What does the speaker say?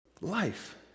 Life